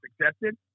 accepted